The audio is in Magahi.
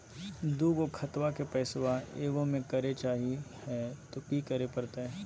दू गो खतवा के पैसवा ए गो मे करे चाही हय तो कि करे परते?